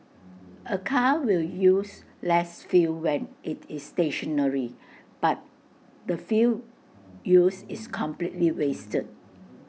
A car will use less fuel when IT is stationary but the fuel used is completely wasted